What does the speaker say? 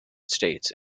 states